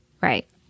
right